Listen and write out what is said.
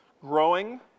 growing